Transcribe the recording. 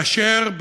כאשר,